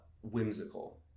whimsical